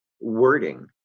wording